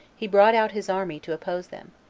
he brought out his army to oppose them,